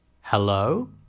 Hello